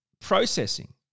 processing